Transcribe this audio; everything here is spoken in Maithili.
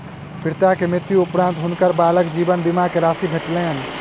पिता के मृत्यु उपरान्त हुनकर बालक के जीवन बीमा के राशि भेटलैन